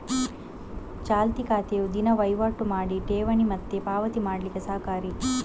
ಚಾಲ್ತಿ ಖಾತೆಯು ದಿನಾ ವೈವಾಟು ಮಾಡಿ ಠೇವಣಿ ಮತ್ತೆ ಪಾವತಿ ಮಾಡ್ಲಿಕ್ಕೆ ಸಹಕಾರಿ